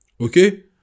Okay